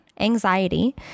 anxiety